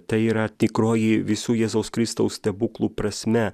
tai yra tikroji visų jėzaus kristaus stebuklų prasme